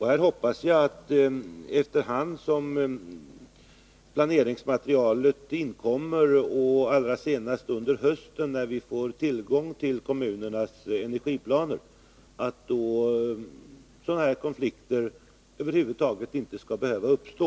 Här hoppas jag att efter hand som planeringsmaterialet inkommer och allra senast under hösten, när vi får tillgång till kommunernas energiplaner, skall sådana här konflikter över huvud taget inte behöva uppstå.